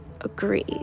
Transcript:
agree